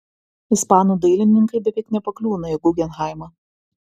ispanų dailininkai beveik nepakliūna į gugenheimą